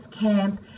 camp